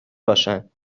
باشند